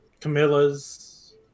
camilla's